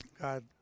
God